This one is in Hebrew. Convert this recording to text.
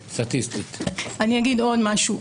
אני אגיד עוד משהו.